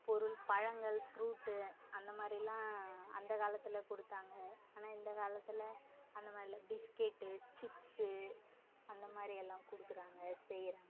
பொருள் பழங்கள் ஃப்ரூட்டு அந்த மாதிரிலாம் அந்த காலத்தில் கொடுத்தாங்க ஆனால் இந்த காலத்தில் அந்த மாதிரி இல்லை பிஸ்கெட்டு சிப்ஸ்ஸு அந்த மாதிரி எல்லாம் கொடுக்குறாங்க செய்கிறாங்க